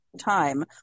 time